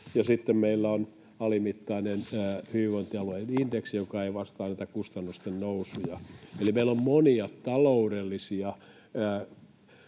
sitten meillä on alimittainen hyvinvointialueiden indeksi, joka ei vastaa tätä kustannusten nousua, eli meillä on monia taloudellisia